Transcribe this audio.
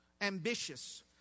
Ambitious